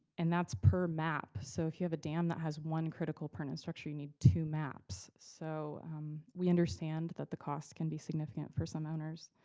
and that's per map. so if you have a dam that has one critical appurtenance structure, you need two maps. so we understand that the costs can be significant for some owners.